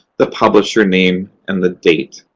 the publisher name, and the date.